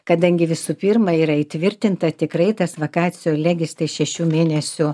kadangi visų pirma yra įtvirtinta tikrai tas vakacijolegis tai šešių mėnesių